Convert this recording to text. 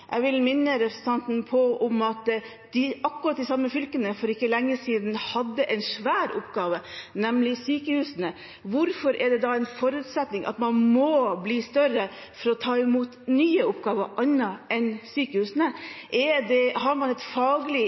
Jeg vil minne representanten om at akkurat de samme fylkene for ikke lenge siden hadde en svær oppgave, nemlig sykehusene. Hvorfor er det da en forutsetning at man må bli større for å ta imot nye oppgaver, annet enn sykehusene? Har man et faglig